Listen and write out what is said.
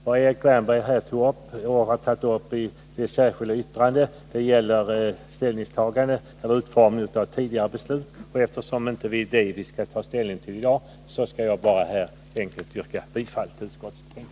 Det som Erik Wärnberg tog upp i sitt anförande — vilket också återfinns i ett särskilt yttrande — gäller utformningen av tidigare beslut. Eftersom det inte är detta som vi skall ta ställning till i dag, skall jag här bara en än gång yrka bifall till utskottets hemställan.